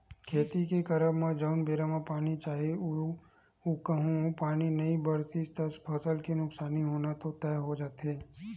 खेती के करब म जउन बेरा म पानी चाही अऊ कहूँ पानी नई बरसिस त फसल के नुकसानी होना तो तय हो जाथे